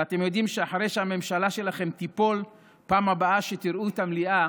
ואתם יודעים שאחרי שהממשלה שלכם תיפול הפעם הבאה שתראו את המליאה